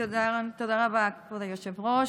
תודה רבה, כבוד היושב-ראש.